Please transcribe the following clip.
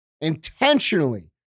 intentionally